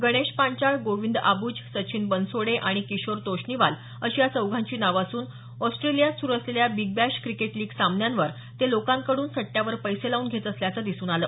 गणेश पांचाळ गोविंद आबूज सचिन बनसोडे आणि किशोर तोष्णीवाल अशी या चौघांची नावं असून ऑस्ट्रेलियात सुरू असलेल्या बिग बॅश क्रिकेट लीग सामन्यांवर ते लोकांकड्रन सट्ट्यावर पैसे लावून घेत असल्याचं दिसून आलं